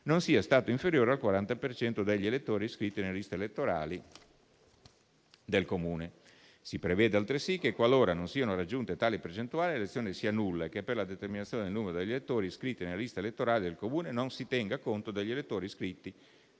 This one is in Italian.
non sia stato inferiore al 40 per cento degli elettori iscritti nelle liste elettorali del Comune. Si prevede altresì che, qualora non siano raggiunte tali percentuali, l'elezione sia nulla e che per la determinazione del numero degli elettori iscritti nella lista elettorale del Comune non si tenga conto degli elettori iscritti